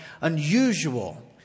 unusual